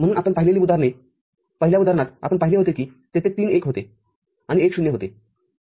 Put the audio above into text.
म्हणून आपण पाहिलेली उदाहरणे पहिल्या उदाहरणात आपण पाहिले होते की तिथे तीन एक होते आणि एक शून्य होते